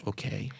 Okay